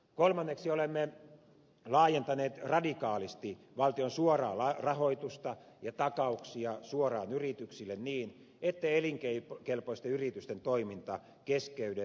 kolmanneksi olemme laajentaneet radikaalisti valtion suoraa rahoitusta ja takauksia suoraan yrityksille niin ettei elinkelpoisten yritysten toiminta keskeydy käyttöpääoman puutteeseen